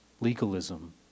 legalism